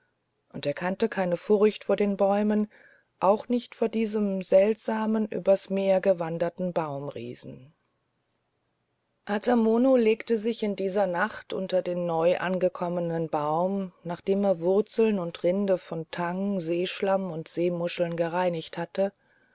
und er kannte keine furcht vor den bäumen auch nicht vor diesem seltsamen übers meer gewanderten baumriesen ata mono legte sich in dieser nacht unter den neuangekommenen baum nachdem er wurzeln und rinde von tang seeschlamm und seemuscheln gereinigt hatte